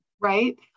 Right